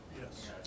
Yes